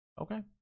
okay